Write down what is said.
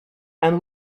and